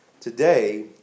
Today